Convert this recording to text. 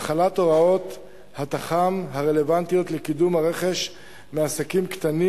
החלת הוראות התכ"ם הרלוונטיות לקידום הרכש מעסקים קטנים